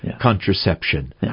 contraception